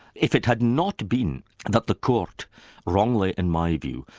if it had not been that the court wrongly, in my view,